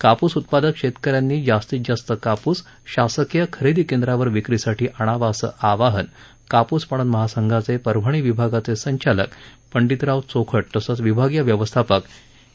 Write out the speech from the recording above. काप्स उत्पादक शेतकऱ्यांनी जास्तीत जास्त काप्स शासकीय खरेदी केंद्रावर विक्रीसाठी आणावा असं आवाहन कापूस पणन महासंघाचे परभणी विभागाचे संचालक पंडितराव चोखट तसंच विभागीय व्यवस्थापक ए